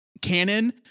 canon